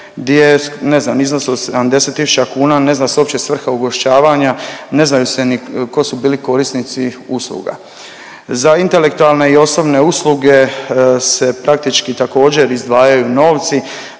gdje je ne znam iznos od 70 tisuća kuna, a ne zna se uopće svrha ugošćavanja, ne znaju se ni ko su bili korisnici usluga. Za intelektualne i osobne usluge se praktički također izdvajaju novci